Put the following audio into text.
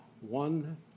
One